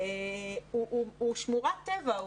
היא שמורת טבע,